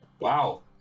Wow